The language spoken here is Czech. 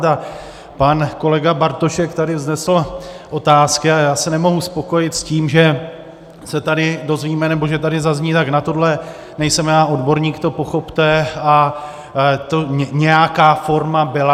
A pan kolega Bartošek tady vznesl otázky a já se nemůžu spokojit s tím, že se tady dozvíme nebo že tady zazní: tak na tohle nejsem já odborník, to pochopte, nějaká forma byla...